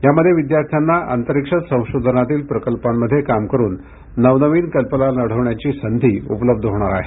यामध्ये विद्यार्थ्यांना अंतरिक्ष संशोधनातील प्रकल्पांमध्ये काम करुन नवनवीन कल्पना लढवण्याची संधी उपलब्ध होणार आहे